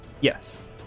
Yes